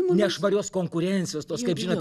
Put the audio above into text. nešvarios konkurencijos tos kaip žinot